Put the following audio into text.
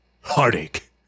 Heartache